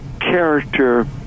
character